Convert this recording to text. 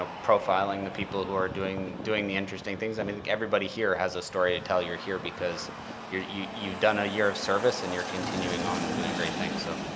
ah profiling the people who are doing doing the interesting things. i mean, like everybody here has a story to tell. you're here because you've you've done a year of service and you're continuing on doing great things. so,